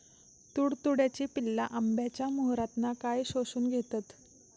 तुडतुड्याची पिल्ला आंब्याच्या मोहरातना काय शोशून घेतत?